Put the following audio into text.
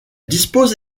dispose